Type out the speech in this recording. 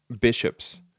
bishops